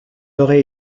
aurait